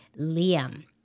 Liam